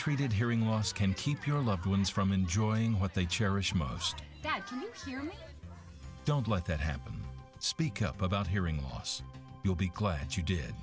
untreated hearing loss can keep your loved ones from enjoying what they cherish most here don't let that happen but speak up about hearing loss you'll be glad you did